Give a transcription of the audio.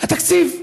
התקציב.